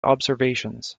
observations